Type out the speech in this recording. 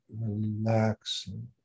relaxing